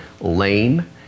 lame